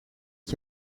dit